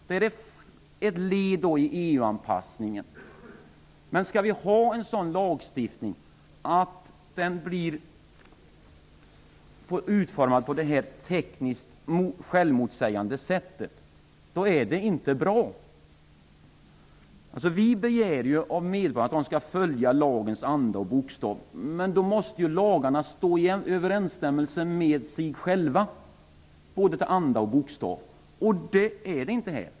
Det är ett led i EU Skall vi ha en sådan lagstiftning, som tekniskt utformas på detta självmotsägande sätt, är det inte bra. Vi begär av medborgarna att de skall följa lagens anda och bokstav. Men då måste lagarna stå i överensstämmelse sig själva både till anda och bokstav, och det gör den inte här.